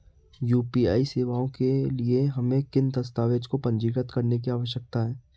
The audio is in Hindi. यू.पी.आई सेवाओं के लिए हमें किन दस्तावेज़ों को पंजीकृत करने की आवश्यकता है?